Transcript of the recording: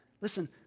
Listen